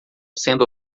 sendo